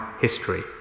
history